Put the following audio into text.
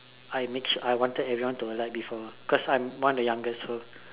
I mix I wanted everyone to alight before cause I'm one of the youngest so